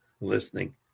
listening